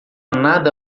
nada